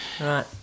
Right